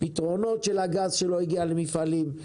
פתרונות הגז שלא הגיע למפעלים,